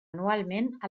anualment